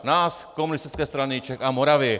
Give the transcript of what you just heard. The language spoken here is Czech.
Nás, Komunistické strany Čech a Moravy.